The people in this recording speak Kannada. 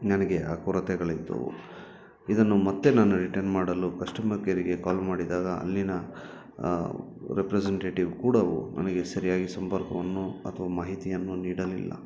ನನಗೆ ಆ ಕೊರತೆಗಳಿದ್ದವು ಇದನ್ನು ಮತ್ತೆ ನಾನು ರಿಟನ್ ಮಾಡಲು ಕಸ್ಟಮರ್ ಕೇರಿಗೆ ಕಾಲ್ ಮಾಡಿದಾಗ ಅಲ್ಲಿನ ರೆಪ್ರೆಸೆಂಟೇಟಿವ್ ಕೂಡ ನನಗೆ ಸರಿಯಾಗಿ ಸಂಪರ್ಕವನ್ನು ಅಥವಾ ಮಾಹಿತಿಯನ್ನು ನೀಡಲಿಲ್ಲ